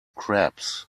crabs